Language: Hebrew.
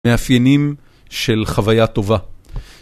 מאפיינים של חוויה טובה.